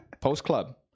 post-club